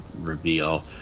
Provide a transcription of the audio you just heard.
reveal